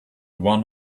one